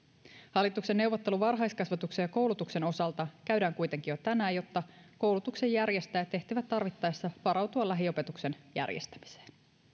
hallituksen neuvottelu varhaiskasvatuksen ja koulutuksen osalta käydään kuitenkin jo tänään jotta koulutuksen järjestäjät ehtivät tarvittaessa varautua lähiopetuksen järjestämiseen